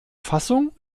fassung